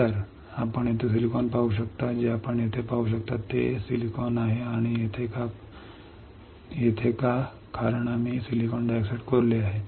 तर आपण येथे सिलिकॉन पाहू शकता जे आपण येथे पाहू शकता ते येथे सिलिकॉन आहे आणि येथे का आहे कारण आम्ही सिलिकॉन डायऑक्साइड कोरले आहे